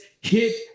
hit